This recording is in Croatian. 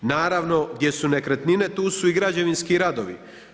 Naravno, gdje su nekretnine, tu su i građevinski radovi.